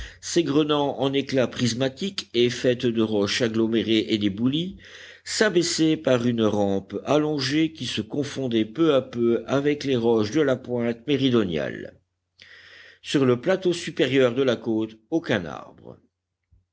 s'égrenant en éclats prismatiques et faite de roches agglomérées et d'éboulis s'abaissait par une rampe allongée qui se confondait peu à peu avec les roches de la pointe méridionale sur le plateau supérieur de la côte aucun arbre